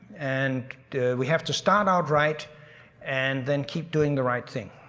and we have to start out right and then keep doing the right thing.